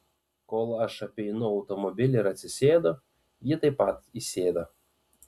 kol aš apeinu automobilį ir atsisėdu ji taip pat įsėda